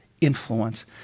influence